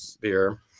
Beer